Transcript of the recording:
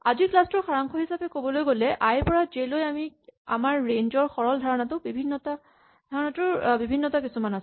আজিৰ ক্লাচ টোৰ সাৰাংশ হিচাপে ক'বলৈ গ'লে আই ৰ পৰা জে লৈ আমাৰ ৰেঞ্জ ৰ সৰল ধাৰণাটোৰ বিভিন্নতা কিছুমান আছে